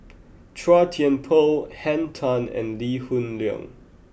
Chua Thian Poh Henn Tan and Lee Hoon Leong